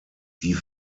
die